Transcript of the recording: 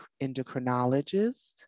endocrinologist